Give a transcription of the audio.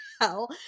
hell